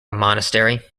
monastery